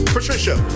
Patricia